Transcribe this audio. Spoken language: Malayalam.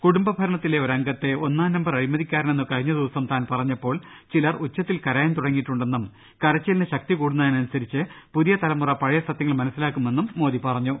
കൂടുംബ ഭരണത്തിലെ ഒരംഗത്തെ ഒന്നാം നമ്പർ അഴിമതിക്കാര നെന്ന് കഴിഞ്ഞ ദിവസം താൻ പറഞ്ഞപ്പോൾ ചിലർ ഉച്ചത്തിൽ കര യാൻ തുടങ്ങിയിട്ടുണ്ടെന്നും കരച്ചിലിന് ശക്തി കൂടുന്നതിനനുസരിച്ച് പുതിയ തലമുറ പഴയ സത്യങ്ങൾ മനസിലാക്കുമെന്നും മോദി പറ ഞ്ഞു